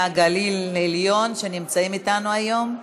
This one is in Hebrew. מהגליל העליון שנמצאים אתנו היום,